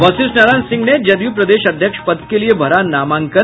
वशिष्ठ नारायण सिंह ने जदयू प्रदेश अध्यक्ष पद के लिये भरा नामांकन